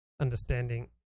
understanding